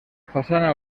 façana